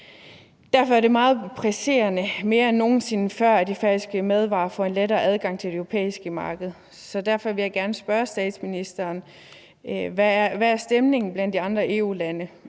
Derfor er det meget presserende, mere end nogen sinde før, at færøske madvarer får en lettere adgang til det europæiske marked, og derfor vil jeg gerne spørge statsministeren: Hvad er stemningen blandt de andre EU-lande;